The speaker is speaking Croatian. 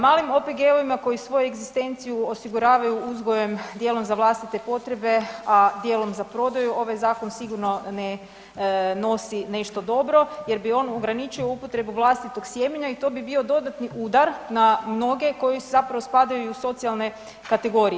Malim OPG-ovim koji svoju egzistenciju osiguravaju uzgojem djelom za vlastite potrebe, a djelom za prodaju ovaj zakon sigurno ne nosi nešto dobro jer bi on ograničio upotrebu vlastitog sjemenja i to bi bio dodatni udar na mnoge koji zapravo spadaju i u socijalne kategorije.